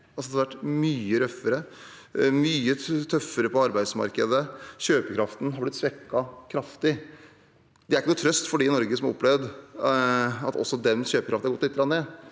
Det har vært mye røffere, mye tøffere på arbeidsmarkedet, og kjøpekraften har blitt svekket kraftig. Det er ingen trøst for dem i Norge som har opplevd at også deres kjøpekraft har gått lite